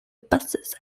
buses